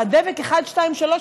דבק אחת-שתיים-שלוש,